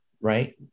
Right